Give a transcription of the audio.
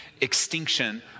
extinction